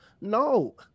No